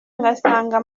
ngasanga